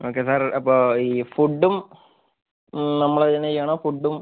okay sir അപ്പൊൾ ഈ ഫുഡും നമ്മൾ തന്നെ ചെയ്യണോ ഫുഡും